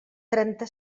trenta